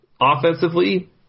offensively